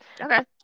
Okay